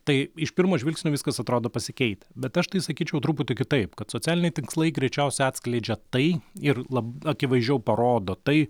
tai iš pirmo žvilgsnio viskas atrodo pasikeitę bet aš tai sakyčiau truputį kitaip kad socialiniai tinklai greičiausiai atskleidžia tai ir lab akivaizdžiau parodo tai